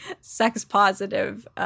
sex-positive